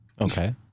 okay